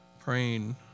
praying